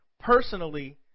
personally